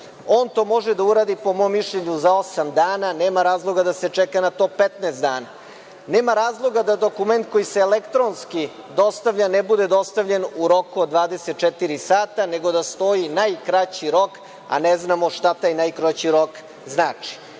On to može da uradi, po mom mišljenju, za osam dana, nema razloga da se čeka na to 15 dana. Nema razloga da dokument koji se elektronski dostavlja ne bude dostavljen u roku od 24 sata, nego da stoji – najkraći rok, a ne znamo šta taj najkraći rok znači. Molim